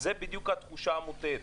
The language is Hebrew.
זו התחושה המוטעית.